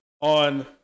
On